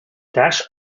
dash